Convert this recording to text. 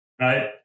right